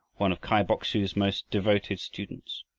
one of kai bok-su's most devoted students.